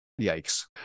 yikes